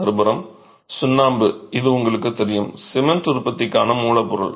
மறுபுறம் சுண்ணாம்பு இது உங்களுக்குத் தெரியும் சிமென்ட் உற்பத்திக்கான மூலப்பொருள்